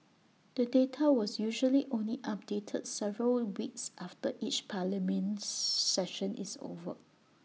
the data was usually only updated several weeks after each parliament session is over